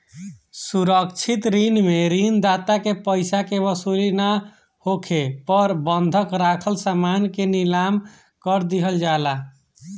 सुरक्षित ऋण में ऋण दाता के पइसा के वसूली ना होखे पर बंधक राखल समान के नीलाम कर दिहल जाला